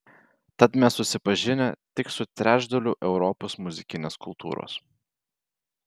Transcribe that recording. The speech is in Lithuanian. tad mes susipažinę tik su trečdaliu europos muzikinės kultūros